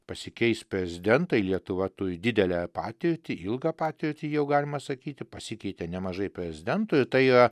pasikeis prezidentai lietuva turi didelę patirtį ilgą patirtį jau galima sakyti pasikeitė nemažai prezidentų ir tai yra